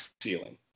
ceiling